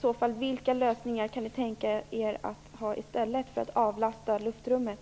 Vilka lösningar kan ni i så fall tänka er att ha i stället för att avlasta luftrummet?